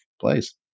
place